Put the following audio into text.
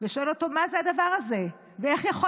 ושואל אותו מה זה הדבר הזה ואיך יכול